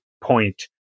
point